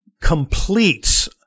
completes